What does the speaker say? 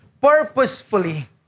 purposefully